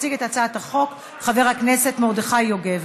יציג את הצעת החוק חבר הכנסת מרדכי יוגב.